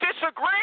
disagree